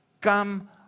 Come